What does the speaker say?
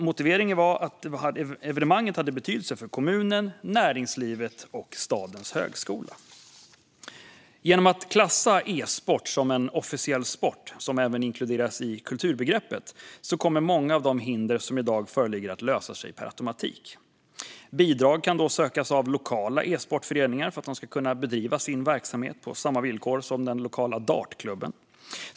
Motiveringen var att evenemanget hade betydelse för kommunen, näringslivet och stadens högskola. Om e-sport klassas som en officiell sport som även inkluderas i kulturbegreppet kommer många av de hinder som i dag föreligger att lösa sig per automatik. Bidrag kan då sökas av lokala e-sportföreningar för att de ska kunna bedriva sin verksamhet på samma villkor som den lokala dartklubben.